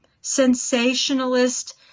sensationalist